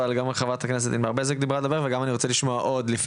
אני רוצה לתת לחברת הכנסת ענבר בזק לדבר ולשמוע עוד.